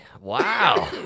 wow